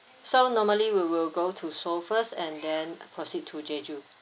so normally we will go to seoul first and then proceed to jeju